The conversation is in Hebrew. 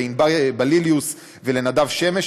לענבר בליליוס ולנדב שמש,